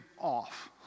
off